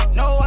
no